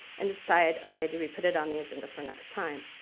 and decide, ok, do we put it on the agenda for next time.